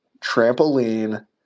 trampoline